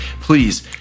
please